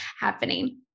happening